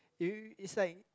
you is like